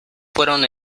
fueron